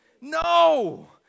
No